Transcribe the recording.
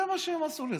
זה מה שהם עשו לי.